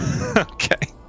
Okay